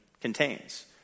contains